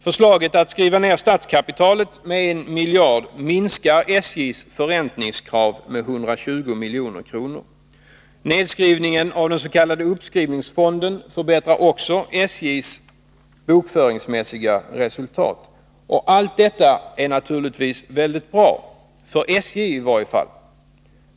Förslaget att skriva ned statskapitalet med 1 miljard kronor minskar SJ:s förräntningskrav med 120 milj.kr. Nedskrivningen av den s.k. uppskrivningsfonden förbättrar också SJ:s bokföringsmässiga resultat. Allt detta är naturligtvis väldigt bra, i varje fall för SJ.